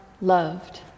loved